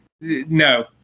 no